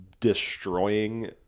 Destroying